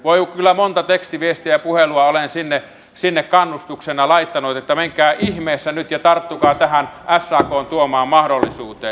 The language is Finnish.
voi kyllä monta tekstiviestiä ja puhelua olen sinne kannustuksena laittanut että menkää ihmeessä nyt ja tarttukaa tähän sakn tuomaan mahdollisuuteen